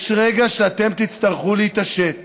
יש רגע שאתם תצטרכו להתעשת